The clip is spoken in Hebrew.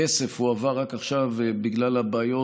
הכסף הועבר רק עכשיו בגלל בעיות